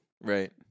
Right